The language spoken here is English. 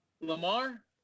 Lamar